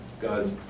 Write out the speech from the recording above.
God